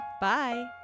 Bye